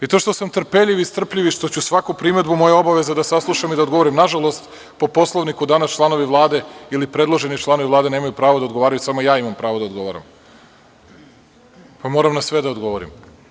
I to što sam trpeljiv i strpljiv i što ću svaku primedbu, moja je obaveza da saslušam i da odgovorim, nažalost po Poslovniku danas članovi Vlade ili predloženi članovi Vlade nemaju pravo da odgovaraju, samo ja imam pravo da odgovaram, pa moram na sve da odgovorim.